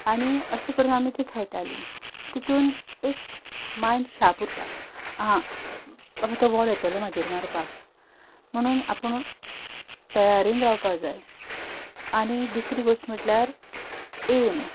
आनी अशें करून आमी तीं खेळटालीं तितून एक मायंड शार्प उरता हा परतो बॉल येतलो म्हजेर मारपाक म्हणून आपूण तयारेन रावपा जाय आनी दुसरी गोश्ट म्हटल्यार एम